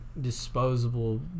disposable